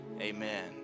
amen